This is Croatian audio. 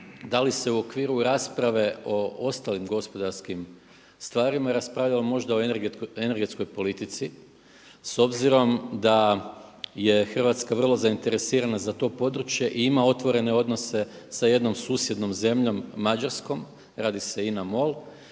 da li se u okviru rasprave o ostalim gospodarskim stvarima raspravljalo možda o energetskoj politici s obzirom da je Hrvatska vrlo zainteresirana za to područje i ima otvorene odnose sa jednom susjednom zemljom Mađarskom, radi se o INA MOL